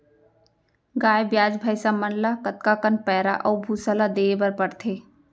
गाय ब्याज भैसा मन ल कतका कन पैरा अऊ भूसा ल देये बर पढ़थे?